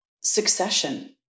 succession